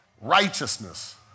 righteousness